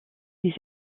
des